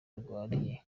arwariye